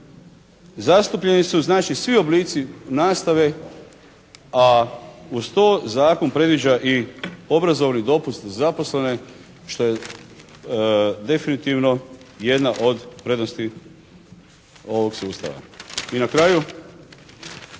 Zastupljeni su znači svi oblici nastave, a uz to Zakon predviđa i obrazovni dopust za zaposlene što je definitivno jedna od prednosti ovog sustava. I na kraju